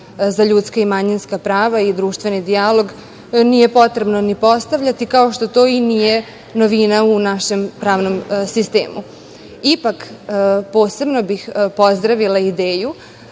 za ljudska i manjinska prava i društveni dijalog nije potrebno ni postavljati, kao što to i nije novina u našem pravnom sistemu. Ipak, posebno bih pozdravila ideju